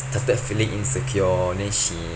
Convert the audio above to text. started feeling insecure then she